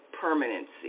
permanency